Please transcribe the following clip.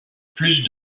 plus